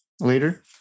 later